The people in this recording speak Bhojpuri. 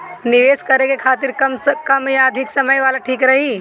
निवेश करें के खातिर कम या अधिक समय वाला ठीक रही?